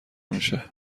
میشه